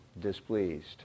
displeased